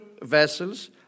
Vessels